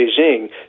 Beijing